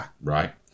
right